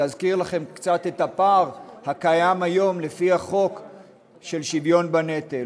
להזכיר לכם קצת את הפער הקיים היום לפי החוק של שוויון בנטל,